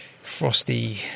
frosty